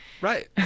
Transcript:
Right